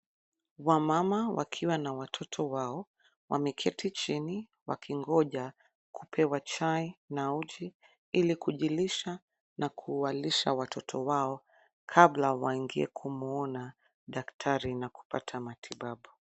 Wamama wakiwa na watoto wao. Wameketi chini wakingoja kupewa chai na uji ili kujilisha na kuwalisha watoto wao, kabla waingie kumuona daktari na kupata matibabu .